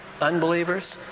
unbelievers